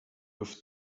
have